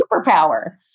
superpower